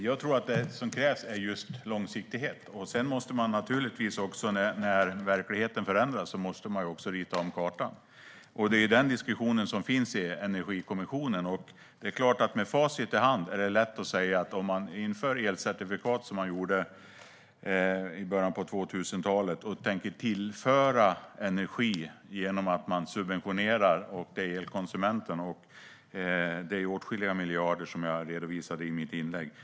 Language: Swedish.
Fru talman! Det som krävs är just långsiktighet. Sedan måste man naturligtvis också när verkligheten förändras rita om kartan. Det är den diskussionen som finns i Energikommissionen. Det är klart att det med facit i hand är lätt att säga att om man inför elcertifikat, som man gjorde i början av 2000-talet, tänker man tillföra energi genom att man subventionerar för elkonsumenten. Det är åtskilliga miljarder, som jag redovisade i mitt inlägg.